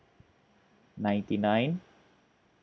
ninety nine